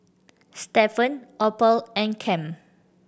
Stephan Opal and Cam